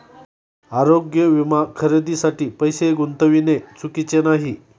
आरोग्य विमा खरेदीसाठी पैसे गुंतविणे चुकीचे नाही